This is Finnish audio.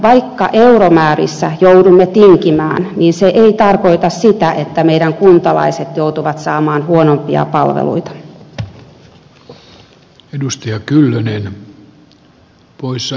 vaikka euromäärissä joudumme tinkimään niin se ei tarkoita sitä että meidän kuntalaiset joutuvat saamaan huonompia palveluita